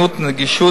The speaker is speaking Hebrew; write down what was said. העונשין (הבניית שיקול הדעת השיפוטי בענישה),